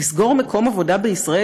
לסגור מקום עבודה בישראל,